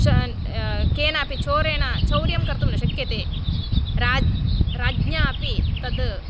केनापि चोरेण चौर्यं कर्तुं न शक्यते राज् राज्ञा अपि तद्